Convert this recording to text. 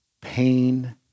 pain